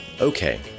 Okay